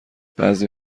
بعضی